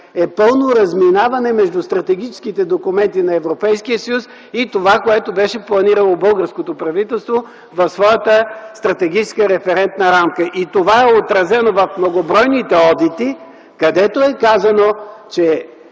- пълно разминаване между стратегическите документи на Европейския съюз и това, което беше планирало българското правителство в своята стратегическа референтна рамка. Това е отразено в многобройните одити, където е казано, че